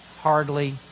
hardly